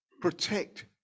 protect